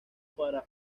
para